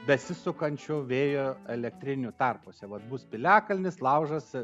besisukančio vėjo elektrinių tarpuose vat bus piliakalnis laužas